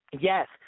Yes